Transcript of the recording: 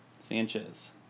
Sanchez